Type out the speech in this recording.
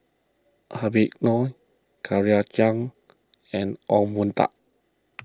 Habib Noh Claire Chiang and Ong Boon Tat